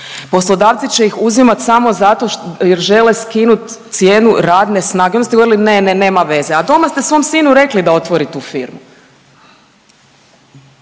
poslodavci će ih uzimat samo zato jer žele skinut cijenu radne snage, vi ste govorili ne, ne, nema veze, a doma ste svom sinu rekli da otvori tu firmu.